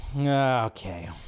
Okay